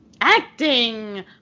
acting